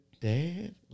dad